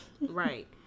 Right